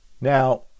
Now